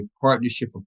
partnership